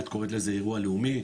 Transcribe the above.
את קוראת לזה אירוע לאומי,